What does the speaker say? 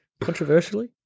Controversially